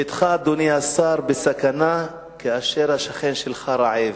ביתך, אדוני השר, בסכנה כאשר השכן שלך רעב.